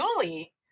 Julie